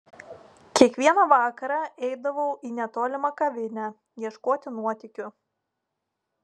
kiekvieną vakarą eidavau į netolimą kavinę ieškoti nuotykių